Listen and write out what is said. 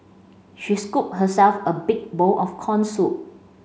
she scooped herself a big bowl of corn soup